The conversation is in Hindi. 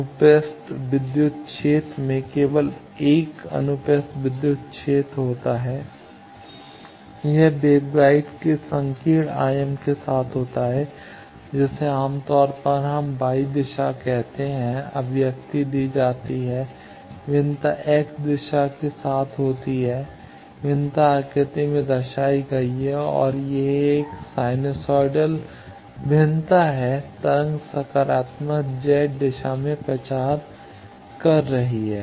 अनुप्रस्थ विद्युत क्षेत्र में केवल 1 अनुप्रस्थ विद्युत क्षेत्र होता है यह वेवगाइड के संकीर्ण आयाम के साथ होता है जिसे आमतौर पर हम y दिशा कहते हैं अभिव्यक्ति दी जाती है भिन्नता x दिशा के साथ होती है भिन्नता आकृति में दर्शाई गई है और यह एक साइनसिकल भिन्नता है तरंग सकारात्मक Z दिशा में प्रचार कर रहा है